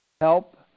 help